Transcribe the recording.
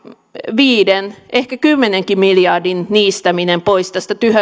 viiden ehkä kymmenenkin miljardin niistäminen pois